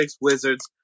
Wizards